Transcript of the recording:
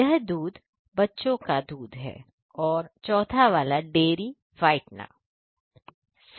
यह दूधबच्चों का दूध है और चौथा वाला डेरी व्हाइटनर है